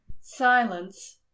Silence